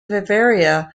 bavaria